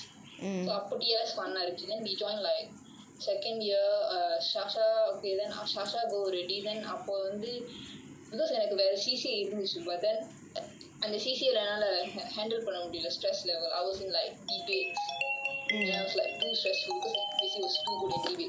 so after T_L_S fun இருந்துச்சுன்னு:irunthuchunu we join like second yar err sasha okay sasha go already then அப்போ வந்து:appo vanthu because எனக்கு வேற:enakku vera C_C_A இருந்துச்சு:irunthuchu but then அந்த:antha C_C_A leh என்னால:ennaala handle பண்ண முடில:panna mudila stress level I was in like debates and I was like too stressful because like A_C_J_C was too good at debates